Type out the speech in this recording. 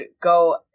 go